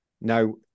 Now